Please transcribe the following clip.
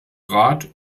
rat